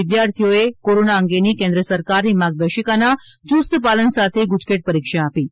વિદ્યાર્થીઓએ કોરોના અંગેની કેન્દ્ર સરકારની માર્ગદર્શિકાના યુસ્ત પાલન સાથે ગુજકેટ પરીક્ષા આપી છે